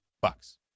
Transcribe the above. Bucks